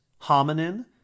hominin